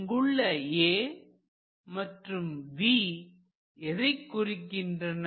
இங்குள்ள A மற்றும் V எதைக் குறிக்கின்றன